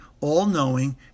all-knowing